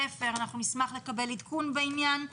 נשמח לקבל עדכון בעניין החיסונים בבתי הספר.